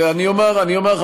ואני אומר,